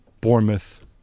Bournemouth